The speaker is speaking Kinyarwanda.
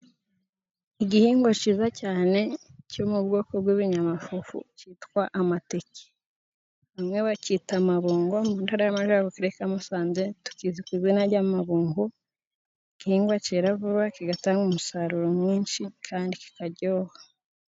Igihingwa cyiza cyane cyo mu bwoko bw'ibinyamafufu cyitwa amateke, bamwe bakita amabungo mu ntara y'amajyaruguru, mu karere ka Musanze kizwi ku izina ry'amabungu. Igihingwa cyera vuba kigatanga umusaruro mwinshi kandi kikaryoha.